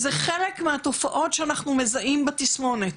זה חלק מהתופעות שאנחנו מזהים בתסמונת,